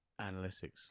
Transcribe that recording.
Analytics